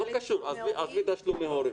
לא קשור, עזבי תשלומי הורים.